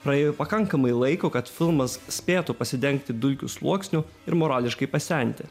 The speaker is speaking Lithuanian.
praėjo pakankamai laiko kad filmas spėtų pasidengti dulkių sluoksniu ir morališkai pasenti